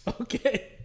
Okay